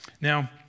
Now